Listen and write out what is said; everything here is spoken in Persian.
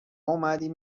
اومدیم